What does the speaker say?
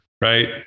right